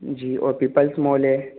जी और people's mall हैं